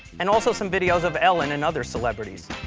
and also some videos of ellen and other celebrities,